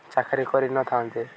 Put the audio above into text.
ଚାକିରୀ କରିନଥାନ୍ତେ